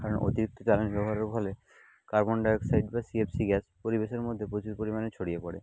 কারণ অতিরিক্ত জ্বালানি ব্যবহারের ফলে কার্বন ডাই অক্সাইড গ্যাস বা সি এফ সি গ্যাস পরিবেশের মধ্যে প্রচুর পরিমাণে ছড়িয়ে পড়ে